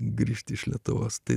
grįžti iš lietuvos tai